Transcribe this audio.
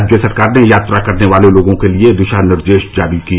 राज्य सरकार ने यात्रा करने वाले लोगों के लिए दिशा निर्देश जारी किए